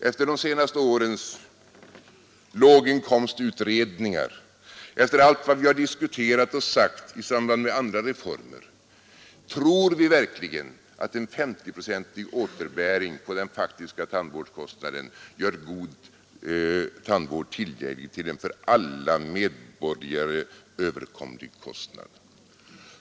Efter de senaste årens låginkomstutredningar, efter allt vad vi har diskuterat och sagt i samband med andra reformer tror vi verkligen att en S0-procentig återbäring på den faktiska tandvårdskostnaden gör god tandvård tillgänglig till en för alla medborgare överkomlig kostnad?